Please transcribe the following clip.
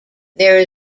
there